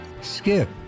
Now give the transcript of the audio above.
Skip